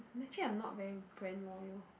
actually I'm not very brand loyal